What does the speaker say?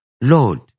Lord